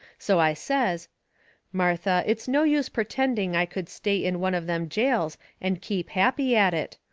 so i says martha, it's no use pertending i could stay in one of them jails and keep happy at it.